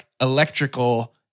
electrical